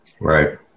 Right